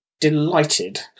delighted